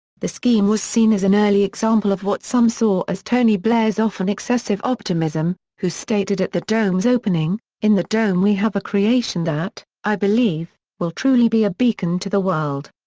the scheme was seen as an early example of what some saw as tony blair's often excessive optimism, who stated at the dome's opening in the dome we have a creation that, i believe, will truly be a beacon to the world.